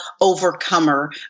Overcomer